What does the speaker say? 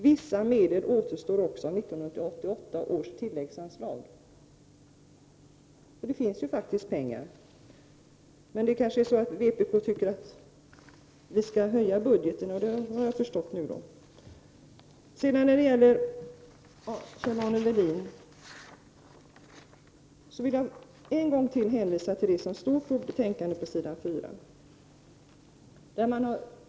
Vissa medel återstår också av 1988 års tilläggsanslag.” Det finns alltså pengar. Men vpk anser tydligen att budgeten skall öka. Jag vill än en gång hänvisa Kjell-Arne Welin till det som står på s. 4i betänkandet.